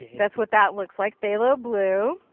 that is what that looks like. phthalo blue.